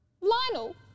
Lionel